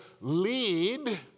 lead